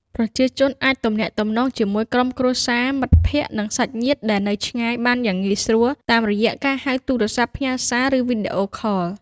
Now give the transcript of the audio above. ប្រជាជនអាចទំនាក់ទំនងជាមួយក្រុមគ្រួសារ មិត្តភក្តិ និងសាច់ញាតិដែលនៅឆ្ងាយបានយ៉ាងងាយស្រួលតាមរយៈការហៅទូរស័ព្ទ ផ្ញើសារ ឬវីដេអូខល។